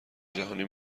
جهانی